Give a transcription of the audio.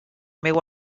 meu